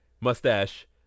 mustache